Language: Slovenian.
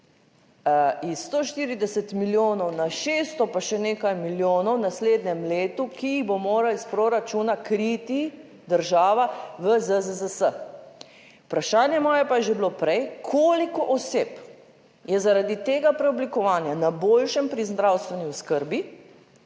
iz 140 milijonov na 600 pa še nekaj milijonov v naslednjem letu, ki jih bo morala iz proračuna kriti država v ZZZS. Vprašanje moje pa je že bilo prej: koliko oseb je zaradi tega preoblikovanja na boljšem pri zdravstveni oskrbi,